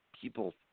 people